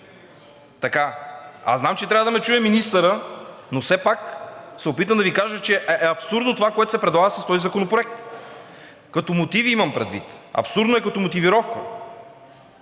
Така, аз знам, че трябва да ме чуе министърът, но все пак се опитвам да Ви кажа, че е абсурдно това, което се предлага с този законопроект, като мотиви имам предвид. Абсурдно е като мотивировка.